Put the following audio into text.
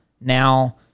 now